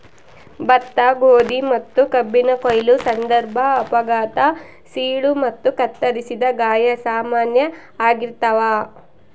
ಭತ್ತ ಗೋಧಿ ಮತ್ತುಕಬ್ಬಿನ ಕೊಯ್ಲು ಸಂದರ್ಭ ಅಪಘಾತ ಸೀಳು ಮತ್ತು ಕತ್ತರಿಸಿದ ಗಾಯ ಸಾಮಾನ್ಯ ಆಗಿರ್ತಾವ